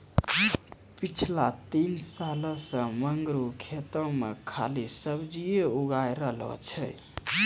पिछला तीन सालों सॅ मंगरू खेतो मॅ खाली सब्जीए उगाय रहलो छै